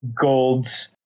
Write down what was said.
Gold's